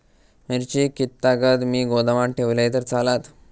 मिरची कीततागत मी गोदामात ठेवलंय तर चालात?